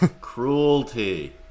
Cruelty